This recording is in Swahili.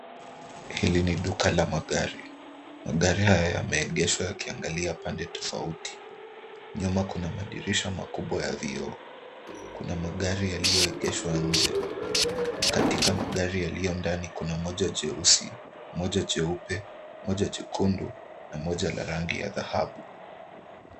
Hili ni duka la magari. Magari haya yameegeshwa yakiangalia pande tofauti. Nyuma kuna madirisha makubwa ya vioo. Kuna magari yaliyoegeshwa nje. Katika magari yaliyo ndani kuna moja jeusi, moja jeupe, moja jekundu na moja la rangi ya dhahabu.